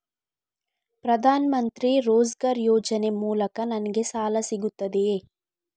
ಪ್ರದಾನ್ ಮಂತ್ರಿ ರೋಜ್ಗರ್ ಯೋಜನೆ ಮೂಲಕ ನನ್ಗೆ ಸಾಲ ಸಿಗುತ್ತದೆಯೇ?